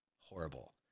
horrible